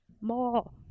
More